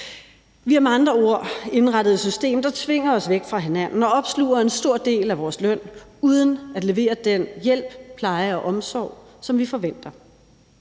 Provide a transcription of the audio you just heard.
Vi har med andre ord indrettet et system, der tvinger os væk fra hinanden og opsluger en stor del af vores løn uden at levere den hjælp, pleje og omsorg, som vi forventer.